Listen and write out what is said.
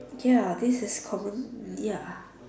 ya this is common ya